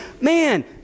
man